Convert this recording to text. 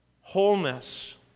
wholeness